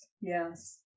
yes